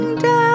down